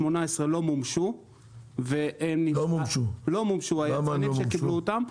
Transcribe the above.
לא מומשו על ידי היצרנים שקיבלו אותן.